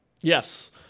Yes